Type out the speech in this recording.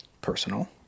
personal